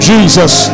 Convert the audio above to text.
Jesus